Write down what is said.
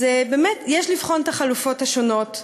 אז באמת, יש לבחון את החלופות השונות.